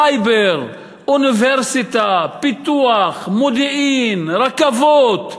סייבר, אוניברסיטה, פיתוח, מודיעין, רכבות.